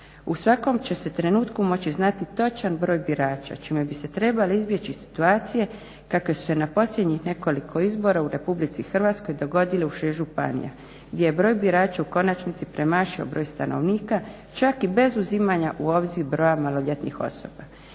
U svakom će se trenutku moći znati točan broj birača čime bi se trebale izbjeći situacije kakve su se na posljednjih nekoliko izbora u Republici Hrvatskoj dogodile u 6 županija gdje je broj birača u konačnici premašio broj stanovnika, čak i bez uzimanja u obzir broja maloljetnih osoba.